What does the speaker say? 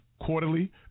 quarterly